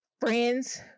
friends